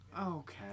okay